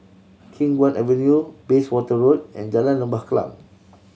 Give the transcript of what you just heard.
Khiang Guan Avenue Bayswater Road and Jalan Lembah Kallang